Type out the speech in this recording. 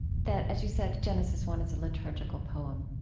that, as you said, genesis one is a liturgical poem.